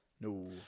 No